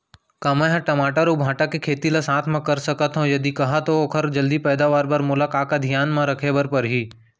का मै ह टमाटर अऊ भांटा के खेती ला साथ मा कर सकथो, यदि कहाँ तो ओखर जलदी पैदावार बर मोला का का धियान मा रखे बर परही?